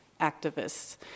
activists